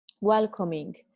welcoming